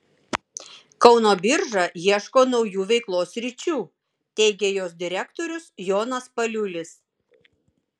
kauno birža ieško naujų veiklos sričių teigė jos direktorius jonas paliulis